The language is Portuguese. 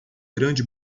grande